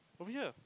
over here